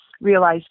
realize